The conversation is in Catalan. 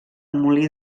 molí